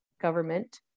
government